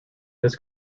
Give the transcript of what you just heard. this